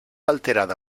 alterada